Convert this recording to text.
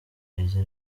ibyo